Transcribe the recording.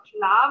love